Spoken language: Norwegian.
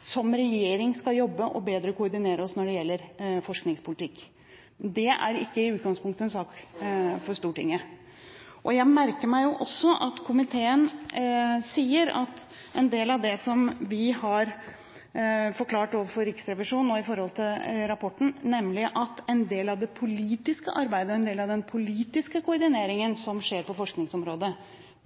som regjering skal jobbe og bedre koordinere oss når det gjelder forskningspolitikk. Det er ikke i utgangspunktet en sak for Stortinget. Jeg merker meg jo også at komiteen sier at en del av det som vi har forklart overfor Riksrevisjonen med hensyn til rapporten, nemlig at en del av det politiske arbeidet, en del av den politiske koordineringen som skjer på forskningsområdet,